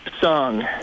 song